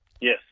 Yes